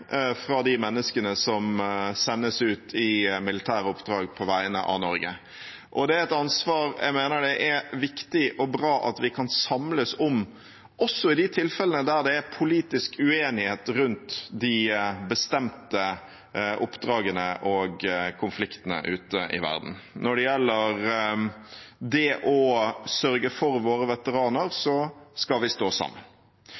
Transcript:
fra de menneskene som sendes ut i militære oppdrag på vegne av Norge. Og det er et ansvar som jeg mener det er viktig og bra at vi kan samles om, også i de tilfellene der det er politisk uenighet rundt de bestemte oppdragene og konfliktene ute i verden. Når det gjelder å sørge for våre veteraner, skal vi stå sammen.